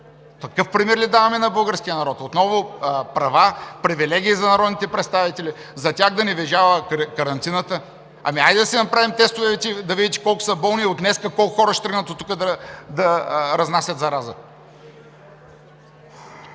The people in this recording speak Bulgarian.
Такъв пример ли даваме на българския народ? Отново права, привилегии за народните представители, за тях да не важала карантината. Ами хайде да си направим тестове – да видите колко са болни, от днес колко хора ще тръгнат оттук да разнасят зараза.